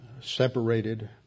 separated